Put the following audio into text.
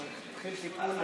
הוא כבר התחיל טיפול.